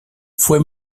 fue